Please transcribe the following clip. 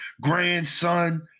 Grandson